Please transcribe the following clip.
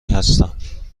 هستم